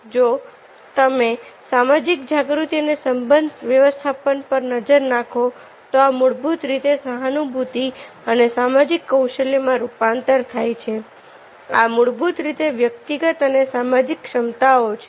જો તમે સામાજિક જાગૃતિ અને સબંધ વ્યવસ્થાપન પર નજર નાખો તો આ મૂળભૂત રીતે સહાનુભૂતિ અને સામાજિક કૌશલ્યો માં રૂપાંતર થાય છે આ મૂળભૂત રીતે વ્યક્તિગત અને સામાજિક ક્ષમતાઓ છે